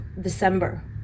December